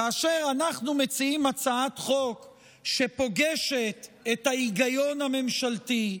כאשר אנחנו מציעים הצעת חוק שפוגשת את ההיגיון הממשלתי,